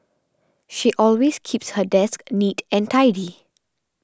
she always keeps her desk neat and tidy